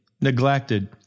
neglected